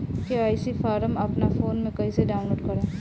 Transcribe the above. KYC form अपना phone मे कइसे डाऊनलोड करेम?